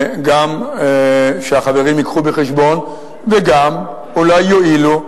גם שהחברים ייקחו בחשבון ואולי יואילו,